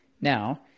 Now